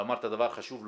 ואמרת דבר חשוב,